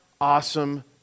awesome